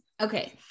okay